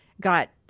got